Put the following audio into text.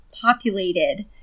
populated